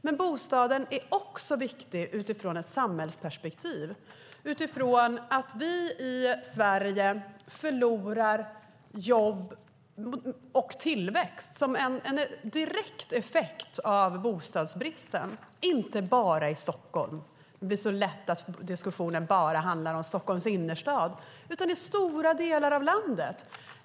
Men bostaden är också viktig utifrån ett samhällsperspektiv, utifrån att vi i Sverige förlorar jobb och tillväxt som en direkt effekt av bostadsbristen. Det sker inte bara i Stockholm - det blir lätt så att diskussionen bara handlar om Stockholms innerstad - utan i stora delar av landet.